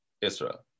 Israel